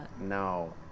No